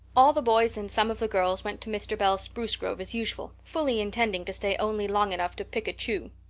all the boys and some of the girls went to mr. bell's spruce grove as usual, fully intending to stay only long enough to pick a chew.